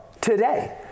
today